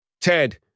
Ted